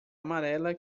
amarela